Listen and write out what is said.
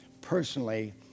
personally